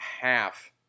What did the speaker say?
half